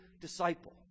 disciple